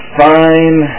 fine